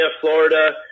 Florida